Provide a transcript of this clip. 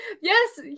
yes